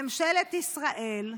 ממשלת ישראל,